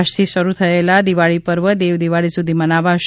આજથી શરૂ થયેલા દિવાળી પર્વ દેવદીવાળી સુધી મનાવશે